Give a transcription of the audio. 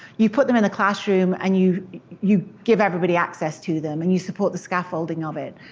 you put them in a classroom and you you give everybody access to them, and you support the scaffolding of it.